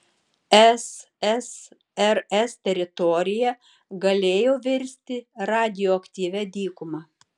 ssrs teritorija galėjo virsti radioaktyvia dykuma